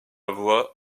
voie